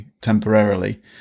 temporarily